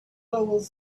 always